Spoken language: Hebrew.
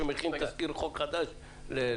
או שהוא מכין תזכיר חוק חדש להפצה?